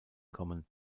kommen